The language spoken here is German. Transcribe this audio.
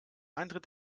eintritt